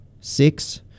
six